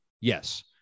Yes